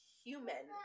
human